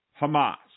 Hamas